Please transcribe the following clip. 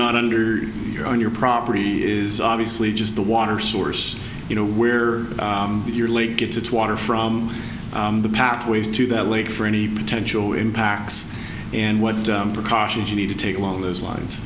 not under your own your property is obviously just the water source you know where you're late gets its water from the pathways to that lake for any potential impacts and what precautions you need to take along those lines